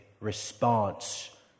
response